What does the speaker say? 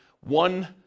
one